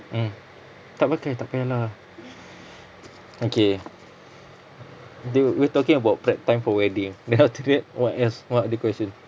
mm tak pakai tak payah lah okay the we were talking about prep time for wedding then after that what else what other questions